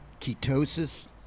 ketosis